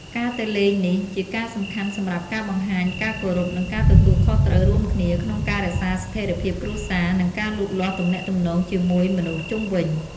ការទៅលេងនេះជាការសំខាន់សម្រាប់ការបង្ហាញការគោរព និងការទទួលខុសត្រូវរួមគ្នា ក្នុងការរក្សាស្ថេរភាពគ្រួសារ និងការលូតលាស់ទំនាក់ ទំនងជាមួយមនុស្សជុំវិញ។